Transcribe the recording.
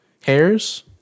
hairs